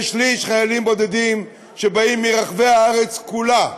ושליש חיילים בודדים שבאים מרחבי הארץ כולה.